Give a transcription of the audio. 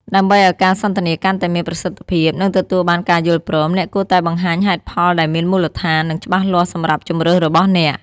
ដើម្បីឲ្យការសន្ទនាកាន់តែមានប្រសិទ្ធភាព និងទទួលបានការយល់ព្រម, អ្នកគួរតែបង្ហាញហេតុផលដែលមានមូលដ្ឋាន និងច្បាស់លាស់សម្រាប់ជម្រើសរបស់អ្នក។។